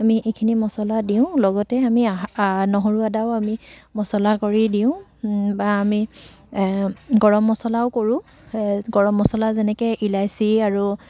আমি এইখিনি মছলা দিওঁ লগতে আমি নহৰু আদাও আমি মছলা কৰি দিওঁ বা আমি গৰম মছলাও কৰোঁ গৰম মছলা যেনেকৈ ইলাচি আৰু